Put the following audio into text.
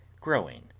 GROWING